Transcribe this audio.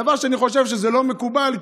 דבר שאני חושב שלא מקובל,